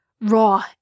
Raw